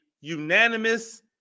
unanimous